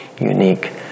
unique